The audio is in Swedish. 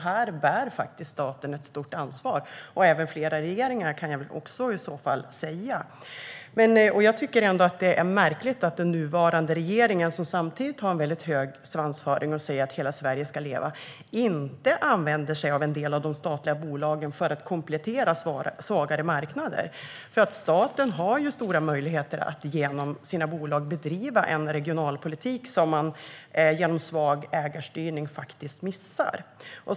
Här bär faktiskt staten ett stort ansvar liksom flera regeringar, kan jag i så fall säga. Jag tycker ändå att det är märkligt att den nuvarande regeringen, som samtidigt har en väldigt hög svansföring och säger att hela Sverige ska leva, inte använder sig av en del av de statliga bolagen för att komplettera svagare marknader. Staten har ju stora möjligheter att genom sina bolag bedriva en regionalpolitik som man genom svag ägarstyrning faktiskt missar.